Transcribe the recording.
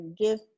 give